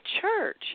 church